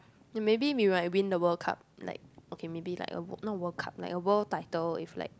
then maybe we might win the World Cup like okay maybe like a world not World Cup like a world title if like